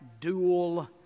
dual